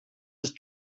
ist